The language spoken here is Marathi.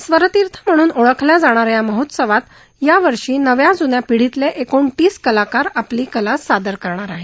स्वरतीर्थ म्हणून ओळखल्या जाणाऱ्या या महोत्सवात यावर्षी नव्या जून्या पिढीतले एकोणतीस कलाकार आपली कला सादर करणार आहेत